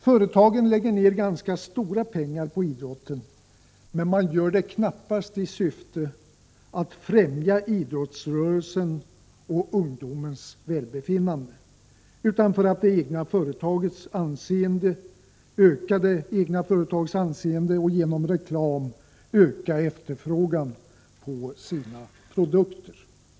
Företagen lägger ned ganska stora summor på idrotten. De gör det knappast i syfte att främja idrottsrörelsen och ungdomens välbefinnande, utan de gör det för att öka det egna företagets anseende och genom reklam öka efterfrågan på sina produkter.